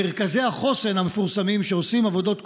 מרכזי החוסן המפורסמים, שעושים עבודת קודש,